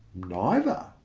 neither.